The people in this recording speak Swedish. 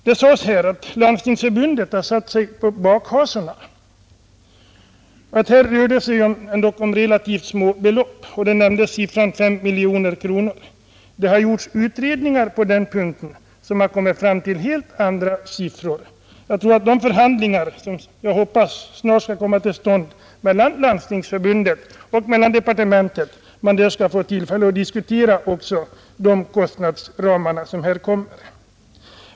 Det sades här att Landstingsförbundet satt sig på bakhasorna och att det ändå rör sig om relativt små belopp — 5 miljoner kronor nämndes. Vid de förhandlingar som jag hoppas snart skall komma till stånd mellan Landstingsförbundet och departementet bör man få tillfälle att diskutera också dessa kostnadsramar som på sannolika grunder är betydligt högre.